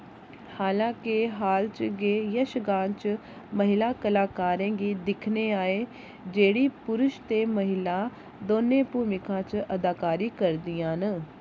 हालांके हाल च गै यशगान च महिला कलाकारें गी दिक्खन आए जेह्ड़ियां पुरश ते महिला दौनें भूमिकाएं च अदाकारी करदियां न